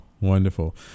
Wonderful